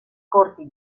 corti